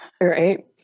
right